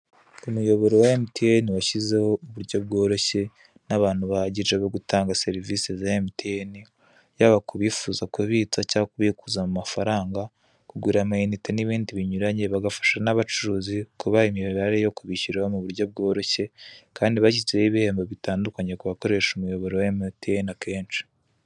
Umuyoboro wa Myn washyizeho uburyo bworoshye n'abantu bahagize bo gutanga serivise za Mtn yaba kubifuza kubitsa cyangwa kubikuza amafaranga, kugura amayinite n'ibindi binyuranye, bagafasha n'abacuruzi kubaha imibare yo kubishyuriraho mu buryo bworoshye kandi bashyizeho ibihembo bitandukanye kubakoresha umuyoboro wa Mtn akenshi.